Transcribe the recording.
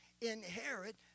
inherit